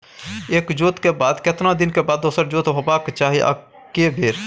एक जोत के बाद केतना दिन के बाद दोसर जोत होबाक चाही आ के बेर?